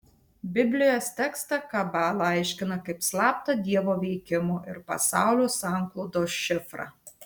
biblijos tekstą kabala aiškina kaip slaptą dievo veikimo ir pasaulio sanklodos šifrą